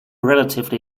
relatively